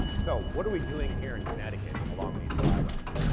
so, what are we doing here in connecticut along these flyways?